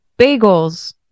bagels